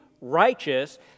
righteous